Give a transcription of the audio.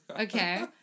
Okay